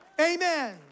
amen